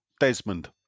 Desmond